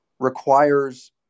requires